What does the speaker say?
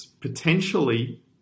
potentially